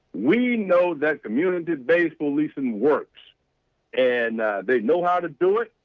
we know that community-based policing works and they know how to do it.